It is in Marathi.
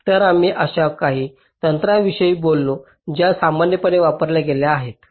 तर आम्ही अशा काही तंत्रांविषयी बोललो ज्या सामान्यपणे वापरल्या गेल्या आहेत